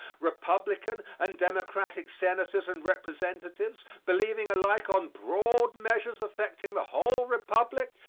republican and democratic senators and representatives, believing alike on broad measures affecting the whole republic,